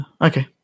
Okay